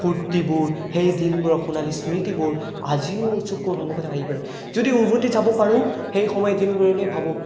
ফূৰ্তিবোৰ সেই দিনবোৰৰ সোণালী স্মৃতিবোৰ আজিও চকুৰ সন্মুখত আহি পৰে যদি উভতি যাব পাৰোঁ সেই সময়ৰ দিনবোৰলৈ ভাবোঁ